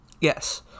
Yes